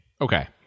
Okay